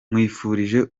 nkwifurije